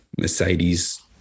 Mercedes